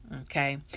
okay